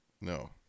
no